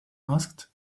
asked